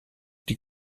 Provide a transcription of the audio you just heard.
die